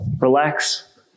relax